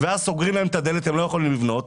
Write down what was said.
ואז סוגרים להם את ההזדמנות והם לא יכולים לבנות.